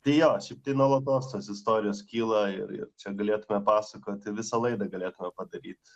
tai jo šiaip tai nuolatos tos istorijos kyla ir ir čia galėtume pasakoti visą laidą galėtume padaryt